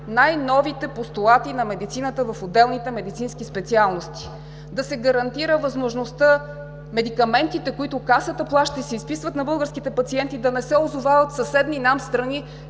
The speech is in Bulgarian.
най-новите постулати на медицината в отделните медицински специалности; да се гарантира възможността медикаментите, които Касата плаща и се изписват на българските пациенти, да не се озовават в съседни нам страни